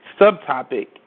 Subtopic